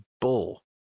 Bull